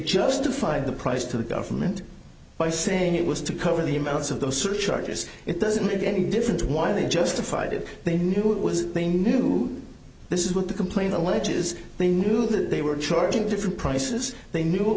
justified the price to the government by saying it was to cover the amounts of those charges it doesn't make any difference why they justified it they knew it was they knew this is what the complaint alleges they knew that they were charging different prices they knew it